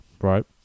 right